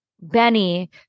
benny